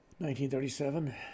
1937